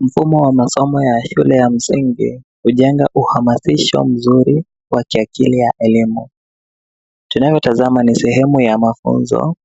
Mfumo wa masomo ya shule ya msingi hujenga uhamazisho mzuri wa kiakili ya elimu. Tunayotazama mi sehemu ya mafunzo